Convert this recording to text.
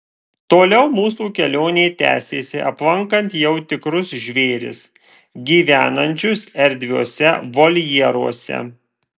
toliau mūsų kelionė tęsėsi aplankant jau tikrus žvėris gyvenančius erdviuose voljeruose